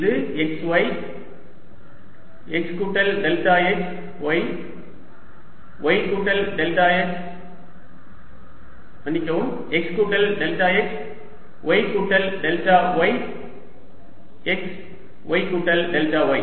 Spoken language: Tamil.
இது x y x கூட்டல் டெல்டா x y x கூட்டல் டெல்டா x y கூட்டல் டெல்டா y x y கூட்டல் டெல்டா y